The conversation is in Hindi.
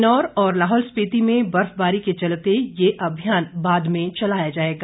किन्नौर और लाहौल स्पिति में बर्फबारी के चलते ये अभियान बाद में चलाया जाएगा